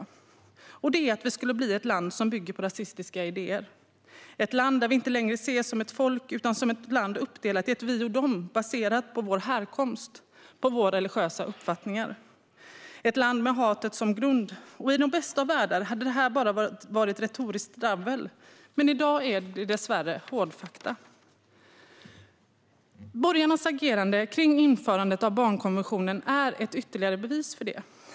Det är att vi skulle bli ett land som bygger på rasistiska idéer - ett land där vi inte längre ses som ett folk utan där vi är uppdelade i vi och de baserat på vår härkomst och på våra religiösa uppfattningar. Det skulle vara ett land med hatet som grund. I den bästa av världar hade det här bara varit retoriskt dravel, men i dag är det dessvärre hårdfakta. Borgarnas agerande kring införandet av barnkonventionen är ett ytterligare bevis för det.